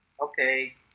Okay